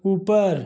ऊपर